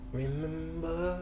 remember